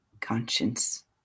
conscience